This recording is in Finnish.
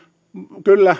kyllä